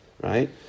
right